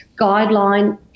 guideline